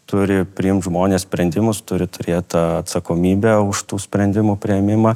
turi priimti žmones sprendimus turi turėti atsakomybę už tų sprendimų priėmimą